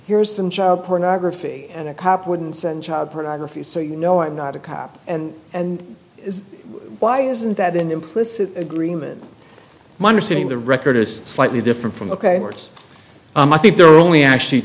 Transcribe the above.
here's some child pornography and a cop wouldn't send child pornography so you know i'm not a cop and why isn't that an implicit agreement my understanding the record is slightly different from the courts i think there are only actually